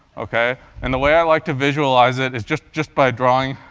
ok? and the way i like to visualize it is just just by drawing